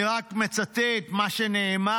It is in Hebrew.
אני רק מצטט מה שנאמר,